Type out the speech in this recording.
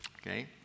okay